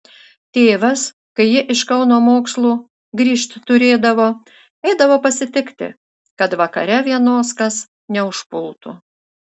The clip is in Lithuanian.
tėvas kai ji iš kauno mokslų grįžt turėdavo eidavo pasitikti kad vakare vienos kas neužpultų